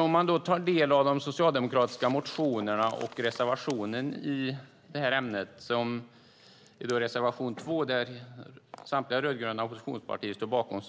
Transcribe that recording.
Om man tar del av de socialdemokratiska motionerna och reservationen i ämnet - det är reservation 2, som samtliga rödgröna oppositionspartier står bakom